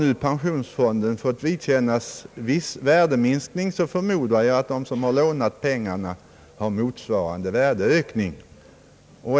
Om pensionsfonden fått vidkännas en viss värdeminskning, har förmodligen de som fått låna pengarna haft en motsvarande värdeökning.